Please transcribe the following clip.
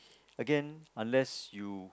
again unless you